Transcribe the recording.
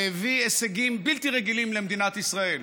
והביא הישגים בלתי רגילים למדינת ישראל.